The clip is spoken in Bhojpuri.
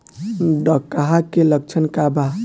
डकहा के लक्षण का वा?